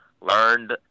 Learned